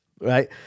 right